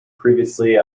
previously